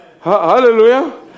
Hallelujah